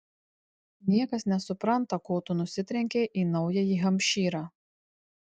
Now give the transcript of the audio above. niekas nesupranta ko tu nusitrenkei į naująjį hampšyrą